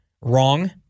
wrong